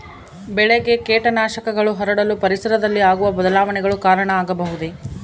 ಬೆಳೆಗೆ ಕೇಟನಾಶಕಗಳು ಹರಡಲು ಪರಿಸರದಲ್ಲಿ ಆಗುವ ಬದಲಾವಣೆಗಳು ಕಾರಣ ಆಗಬಹುದೇ?